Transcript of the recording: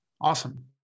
Awesome